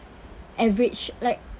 average like